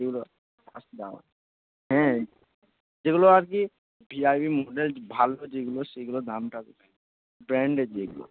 হ্যাঁ যেগুলো আর কি ভিআইপি ভালো যেগুলো সেগুলোর দাম ব্র্যান্ডের যেগুলো